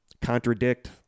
contradict